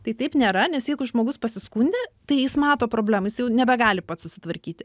tai taip nėra nes jeigu žmogus pasiskundė tai jis mato problemą jis jau nebegali pats susitvarkyti